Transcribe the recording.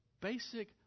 basic